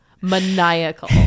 maniacal